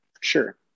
Sure